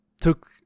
took